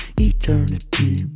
Eternity